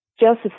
Joseph